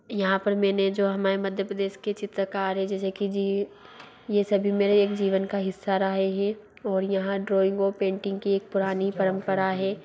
यहाँ पर मैंने जो हमारे मध्य प्रदेश के चित्रकार हैं जैसे कि जी ये सभी मेरे एक जीवन का हिस्सा रहा हैं ओर यहाँ ड्रॉइंग और पेंटिंग की एक पुरानी परम्परा है